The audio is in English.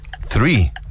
Three